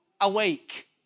awake